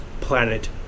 planet